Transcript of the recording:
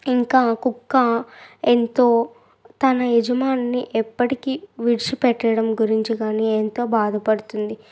ఇంకా కుక్క ఎంతో తన యజమానిని ఎప్పటికీ విడిచిపెట్టడం గురించి కానీ ఎంతో బాధపడుతుంది